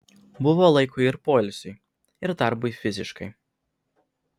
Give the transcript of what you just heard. buvo laiko ir poilsiui ir darbui fiziškai